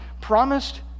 promised